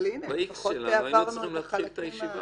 ב-X שלנו היינו צריכים להתחיל את הישיבה.